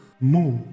Move